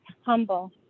humble